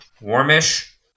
warmish